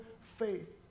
faith